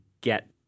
get